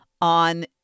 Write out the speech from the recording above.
on